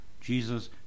Jesus